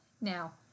now